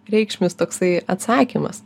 reikšmis toksai atsakymas